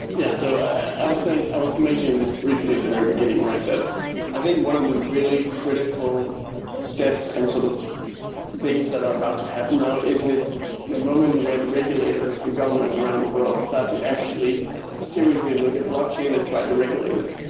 yeah. so i was saying, i was mentioning this briefly at the very beginning, right? that i think one of the really critical steps and sort of things that are about to happen now is the moment when regulators and governments around the world start to actually seriously look at blockchain and try to regulate it.